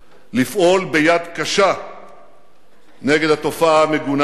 לפעול ביד קשה נגד התופעה המגונה הזאת.